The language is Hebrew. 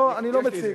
לא, אני לא מציג.